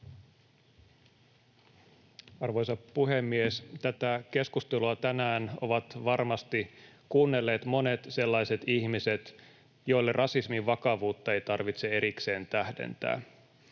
Arvoisa puhemies! Tätä keskustelua tänään ovat varmasti kuunnelleet monet sellaiset ihmiset, joille rasismin vakavuutta ei tarvitse erikseen tähdentää,